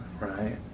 right